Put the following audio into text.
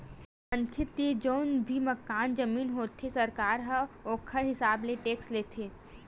मनखे तीर जउन भी मकान, जमीन होथे सरकार ह ओखर हिसाब ले टेक्स लेथे